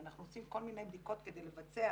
הרי אנחנו עושים כל מיני בדיקות כדי לבצע